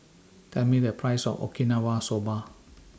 Tell Me The Price of Okinawa Soba